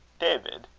david,